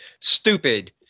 stupid